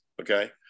Okay